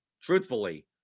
truthfully